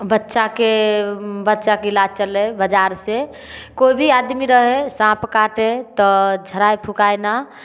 बच्चाके बच्चाके इलाज चललै बजार से कोइ भी आदमी रहै है साँप काटे तऽ झड़ाय फूँकाइ ना